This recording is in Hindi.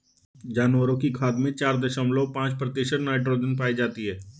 जानवरों की खाद में चार दशमलव पांच प्रतिशत नाइट्रोजन पाई जाती है